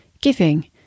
giving